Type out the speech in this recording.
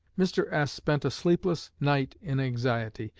mr. s. spent a sleepless night in anxiety,